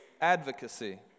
advocacy